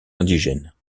indigènes